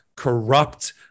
corrupt